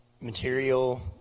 material